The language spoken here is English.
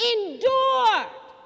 Endured